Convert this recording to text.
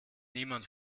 niemand